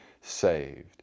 saved